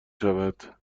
شود